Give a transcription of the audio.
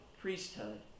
priesthood